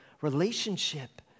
relationship